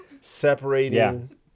separating